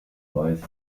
meist